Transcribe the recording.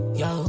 yo